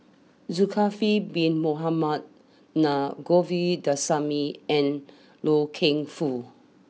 Zulkifli Bin Mohamed Na Govindasamy and Loy Keng Foo